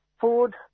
food